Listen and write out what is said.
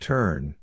Turn